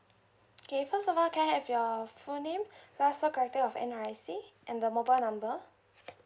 okay first of all can I have your full name last four character of N_R_I_C and the mobile number